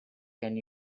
can